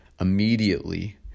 Immediately